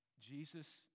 Jesus